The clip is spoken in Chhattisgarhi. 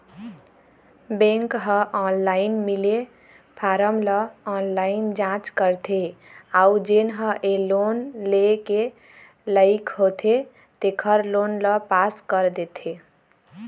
बेंक ह ऑनलाईन मिले फारम ल ऑनलाईन जाँच करथे अउ जेन ह ए लोन लेय के लइक होथे तेखर लोन ल पास कर देथे